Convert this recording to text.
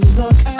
look